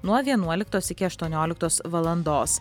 nuo vienuoliktos iki aštuonioliktos valandos